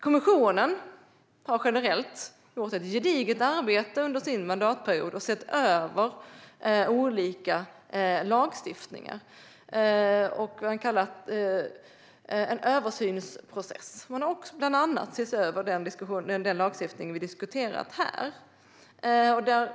Kommissionen har generellt under sin mandatperiod gjort ett gediget arbete och sett över olika lagstiftningar i en så kallad översynsprocess. Man har bland annat sett över den lagstiftning vi diskuterar här.